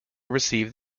received